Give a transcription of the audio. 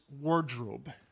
wardrobe